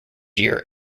year